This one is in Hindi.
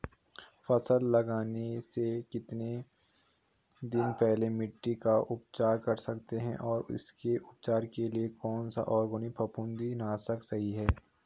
फसल लगाने से कितने दिन पहले मिट्टी का उपचार कर सकते हैं और उसके उपचार के लिए कौन सा ऑर्गैनिक फफूंदी नाशक सही है?